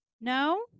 no